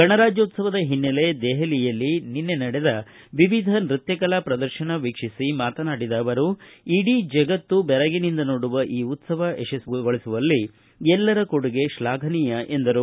ಗಣರಾಜ್ಯೋತ್ಸವದ ಹಿನ್ನೆಲೆ ದೆಹಲಿಯಲ್ಲಿ ನಿನ್ನೆ ನಡೆದ ವಿವಿಧ ನೃತ್ತಕಲಾ ಪ್ರದರ್ಶನ ವೀಕ್ಷಿಸಿ ಮಾತನಾಡಿದ ಅವರು ಇಡೀ ಜಗತ್ತು ಬೆರಗಿನಿಂದ ನೋಡುವ ಈ ಉತ್ಸವ ಯಶಸ್ವಿಗೊಳಿಸುವಲ್ಲಿ ಎಲ್ಲರ ಕೊಡುಗೆ ಶ್ಲಾಘನೀಯ ಎಂದರು